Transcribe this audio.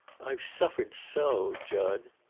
i've suffered so, jud.